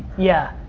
yeah,